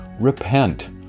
repent